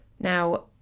Now